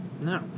No